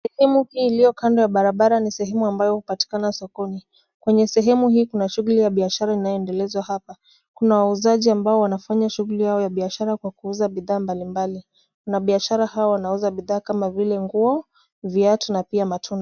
Sehemu hii iliyo kando ya barabara ni sehemu ambayo hupatikana sokoni. kwenye sehemu hii kuna shughuli ya biashara inayoendelezwa hapa kuna wauzaji ambao wanafanya shughuli yao ya biashara kwa kuuza bidhaa mbalimbali. Wanabiashara hao wanauza bidhaa kama vile nguo, viatu na pia matunda.